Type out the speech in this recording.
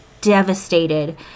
devastated